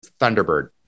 Thunderbird